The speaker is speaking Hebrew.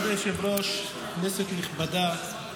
כבוד היושב-ראש, כנסת נכבדה,